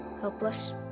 helpless